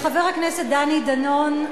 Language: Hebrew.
לחבר הכנסת דני דנון,